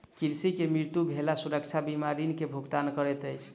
ऋणी के मृत्यु भेला सुरक्षा बीमा ऋण के भुगतान करैत अछि